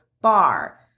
bar